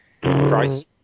Price